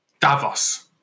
Davos